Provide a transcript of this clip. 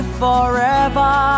forever